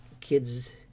kids